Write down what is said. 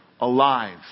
Alive